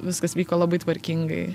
viskas vyko labai tvarkingai